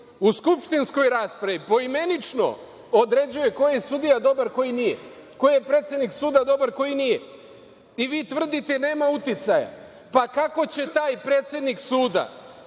u skupštinskoj raspravi poimenično određuje koji je sudija dobar, koji nije, koji je predsednik suda dobar, koji nije i vi tvrdite da nema uticaja. Kako će taj predsednik suda